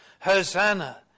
Hosanna